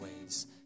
ways